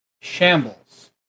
shambles